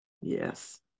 yes